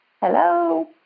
Hello